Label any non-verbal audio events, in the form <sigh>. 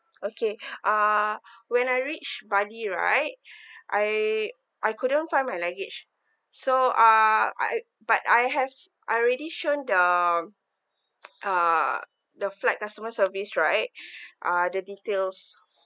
okay <breath> uh when I reached bali right <breath> I I couldn't find my luggage so uh I but I have I already showed the <noise> uh the flight customer service right <breath> uh the details